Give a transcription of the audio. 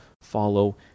follow